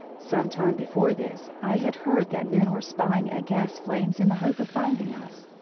some time before this i had heard that men were spying at gas flames in the hope of finding us,